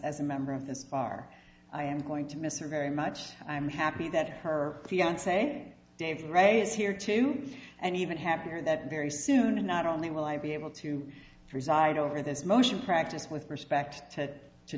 as a member of this bar i am going to miss her very much i am happy that her fiance david raise here too and even happier that very soon and not only will i be able to preside over this motion practice with respect to